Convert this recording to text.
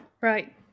Right